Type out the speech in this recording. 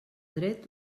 dret